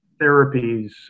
therapies